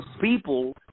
people